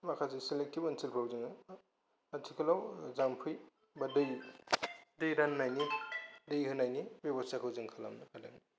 माखासे सेलेक्टिभ ओनसोलाव जोङो आथिखालाव जामफै बा दै दै राननायनि दै होनायनि बेबसथाखौ जों खालामदों